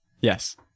Yes